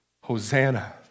Hosanna